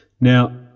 Now